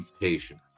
patient